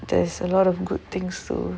there's a lot of good things too